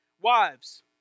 Wives